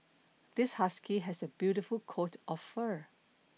this husky has a beautiful coat of fur